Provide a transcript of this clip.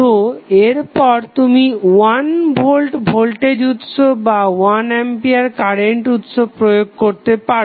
তো এরপর তুমি 1 ভোল্ট ভোল্টেজ উৎস বা 1 আম্পিয়ার কারেন্ট উৎস প্রয়োগ করতে পারো